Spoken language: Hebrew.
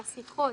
השיחות,